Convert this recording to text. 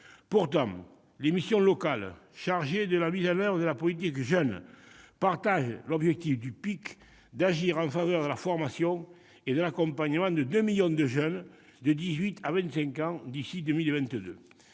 Pourtant, les missions locales chargées de la mise en oeuvre de la garantie jeunes partagent l'objectif du PIC d'agir en faveur de la formation et de l'accompagnement de 2 millions de jeunes de 18 à 25 ans d'ici à 2022.